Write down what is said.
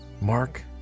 mark